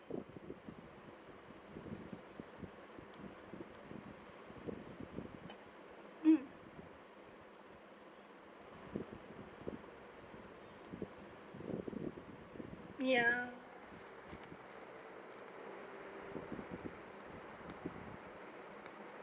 mm ya